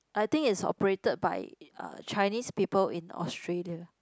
I think it's operated by uh Chinese people in Australia